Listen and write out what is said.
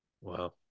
Wow